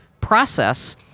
process